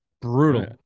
Brutal